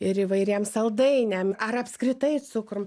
ir įvairiems saldainiam ar apskritai cukrum